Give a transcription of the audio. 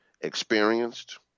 experienced